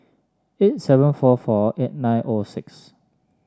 eight seven four four eight nine O six